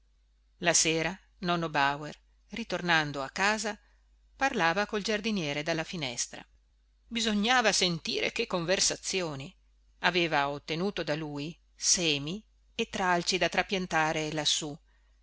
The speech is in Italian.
la sera nonno bauer ritornando a casa parlava col giardiniere dalla finestra bisognava sentire che conversazioni aveva ottenuto da lui semi e tralci da trapiantare lassù